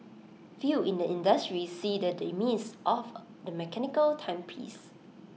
few in the industry see the demise of the mechanical timepiece